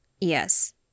Yes